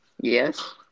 Yes